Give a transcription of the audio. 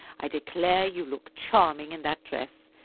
i declare, you look charming in that dress.